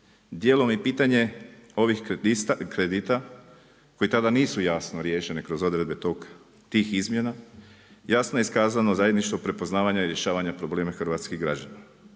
dijelom i pitanje ovih kredita koji tada nisu jasno riješene kroz odredbe tih izmjena, jasno je iskazano zajedništvo prepoznavanja rješavanja problema hrvatskih građana.